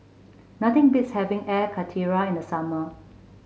nothing beats having Air Karthira in the summer